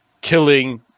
killing